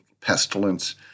pestilence